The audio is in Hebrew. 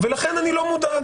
ולכן אני לא מודאג.